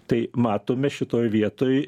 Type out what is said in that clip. tai matome šitoj vietoj